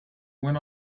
when